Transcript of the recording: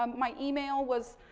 um my email was,